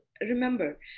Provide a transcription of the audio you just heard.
remember